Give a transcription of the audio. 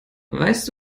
weißt